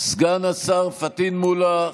סגן השר פטין מולא,